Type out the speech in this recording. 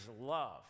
love